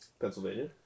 Pennsylvania